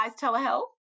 telehealth